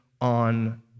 on